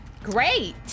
Great